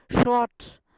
short